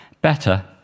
Better